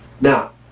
Now